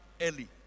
early